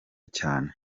cyane